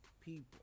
people